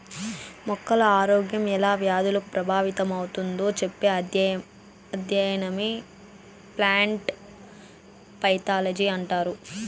మొక్కల ఆరోగ్యం ఎలా వ్యాధులకు ప్రభావితమవుతుందో చెప్పే అధ్యయనమే ప్లాంట్ పైతాలజీ అంటారు